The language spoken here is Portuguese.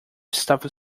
estava